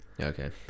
Okay